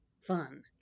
fun